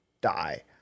die